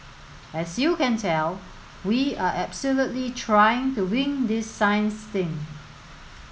as you can tell we are absolutely trying to wing this science thing